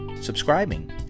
subscribing